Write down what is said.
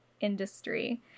industry